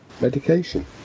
Medication